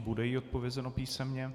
Bude jí odpovězeno písemně.